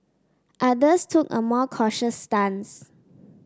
others took a more cautious stance